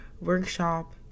workshop